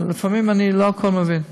אבל לפעמים אני לא הכול מבין.